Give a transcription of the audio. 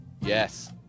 Yes